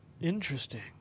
Interesting